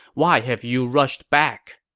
why have you rushed back?